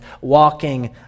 walking